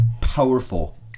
powerful